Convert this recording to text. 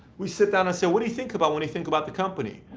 we sit down and say, what do you think about when you think about the company?